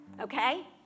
Okay